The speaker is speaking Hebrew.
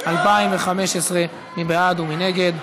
מכל הסוגים ומכל החוגים,